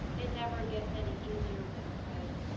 it never gets any easier, winifred.